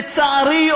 לצערי,